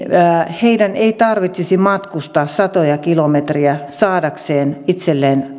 heidän tarvitsee ehkä matkustaa satoja kilometrejä saadakseen itselleen